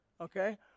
okay